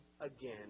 again